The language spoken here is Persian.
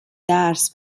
درس